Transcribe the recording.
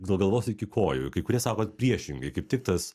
nuo galvos iki kojų kai kurie sako priešingai kaip tik tas